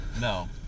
No